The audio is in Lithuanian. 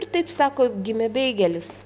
ir taip sako gimė beigelis